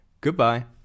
Goodbye